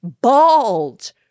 Bald